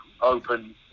open